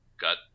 got